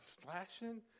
splashing